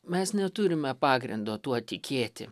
mes neturime pagrindo tuo tikėti